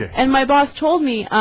and my boss told me